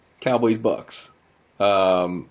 Cowboys-Bucks